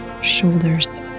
shoulders